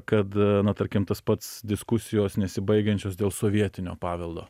kad na tarkim tas pats diskusijos nesibaigiančios dėl sovietinio paveldo